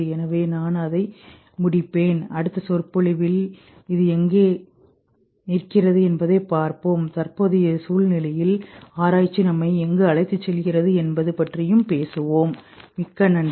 எனவே நான் அதை முடிப்பேன் அடுத்த சொற்பொழிவில்இது எங்கே நிற்கிறதுஎன்பதைப் பார்ப்போம் தற்போதைய சூழ்நிலையில் ஆராய்ச்சி நம்மை எங்கு அழைத்துச் செல்கிறது என்பது பற்றியும் பேசுவோம் நன்றி